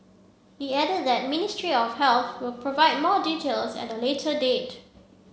he added that ministry of healthy will provide more details at a later date